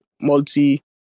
multi